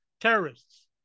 terrorists